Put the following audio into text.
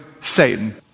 Satan